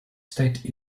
state